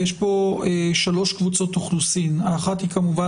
ויש פה שלוש קבוצות אוכלוסין: האחת היא כמובן